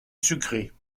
sucrée